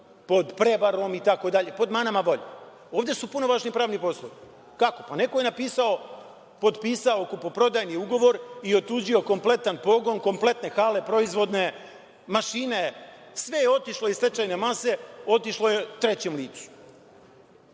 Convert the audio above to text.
pod prevarom itd, pod manama volje. Ovde su punovažni pravni postupci. Kako? Pa neko je potpisao kupoprodajni ugovor i otuđio kompletan pogon, kompletne hale proizvodne, mašine, sve je otišlo iz stečajne mase, otišlo je trećem licu.